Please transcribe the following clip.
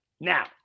now